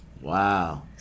Wow